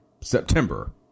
September